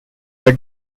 were